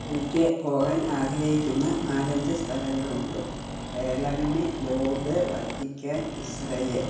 എനിക്ക് പോകാൻ ആഗ്രഹിക്കുന്ന നാലഞ്ച് സ്ഥലങ്ങളെ ഉള്ളൂ വേളാങ്കണ്ണി ലൂർദ് വത്തിക്കാൻ ഇസ്രയേൽ